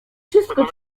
wszystko